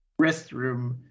restroom